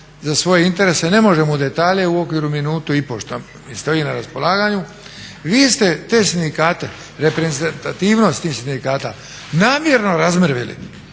za svoj interes, i ne možemo u detalje u okviru minutu i pol što mi stoji na raspolaganju. Vi ste te sindikate, reprezentativnost tih sindikata namjerno razmrvili